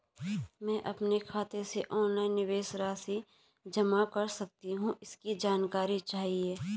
मैं अपने खाते से ऑनलाइन निवेश राशि जमा कर सकती हूँ इसकी जानकारी चाहिए?